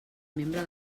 membre